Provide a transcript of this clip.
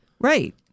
Right